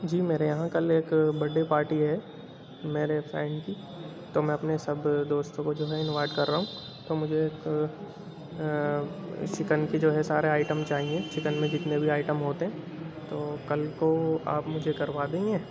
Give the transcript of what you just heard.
جی میرے یہاں کل ایک برڈے پارٹی ہے میرے فرینڈ کی تو میں اپنے سب دوستوں کو جو ہے انوائٹ کر رہا ہوں تو مجھے ایک چکن کے جو ہیں سارے آئٹم چاہئیں چکن میں جتنے آئٹم ہوتے ہیں تو کل کو آپ مجھے کروا دیں گے